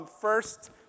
first